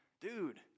Dude